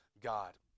God